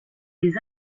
des